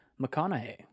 McConaughey